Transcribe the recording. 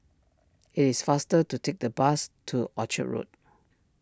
it is faster to take the bus to Orchard Road